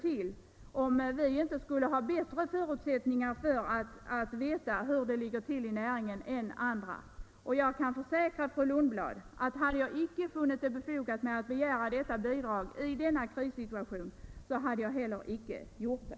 Skulle inte vi ha bättre förutsättningar än andra att veta hur det ligger till inom trädgårdsnäringen? Jag kan också försäkra fru Lundblad, att om jag inte hade funnit det vara befogat att i rådande krissituation begära detta bidrag, så hade jag heller inte gjort det.